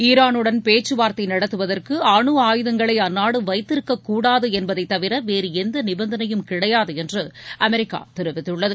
Iran உடன் பேச்சுவார்தை நடத்துவதற்கு அணு ஆயுதங்களை அந்நாடு வைத்திருக்கக்கூடாது என்பதை தவிர வேறு எந்த நிபந்தனையும் கிடையாது என்று அமெரிக்கா தெரிவித்துள்ளது